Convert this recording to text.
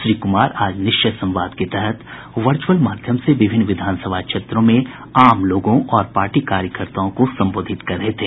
श्री कुमार आज निश्चय संवाद के तहत वचूर्अल माध्यम से विभिन्न विधानसभा क्षेत्रों में आम लोगों और पार्टी कार्यकर्ताओं को संबोधित कर रहे थे